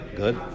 good